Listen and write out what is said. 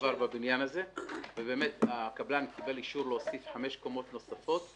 שעבר ביקרתי בבניין הזה והקבלן קיבל אישור להוסיף חמש קומות נוספות.